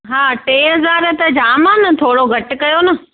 हा टे हज़ार त जाम आहे न थोरो घटि कयो न